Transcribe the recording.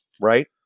right